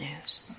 news